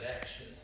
action